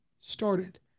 started